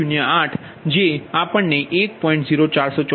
008 જે 1